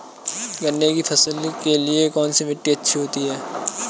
गन्ने की फसल के लिए कौनसी मिट्टी अच्छी होती है?